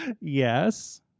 Yes